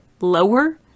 lower